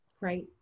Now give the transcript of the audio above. Right